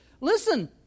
Listen